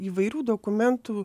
įvairių dokumentų